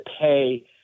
pay